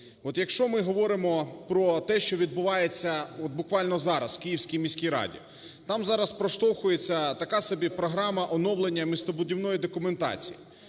Якщо ми говоримо про те, що відбувається, от буквально зараз в Київській міській раді там зараз проштовхується така собі програма оновлення містобудівної документації.